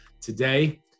today